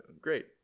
great